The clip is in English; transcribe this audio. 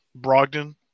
Brogdon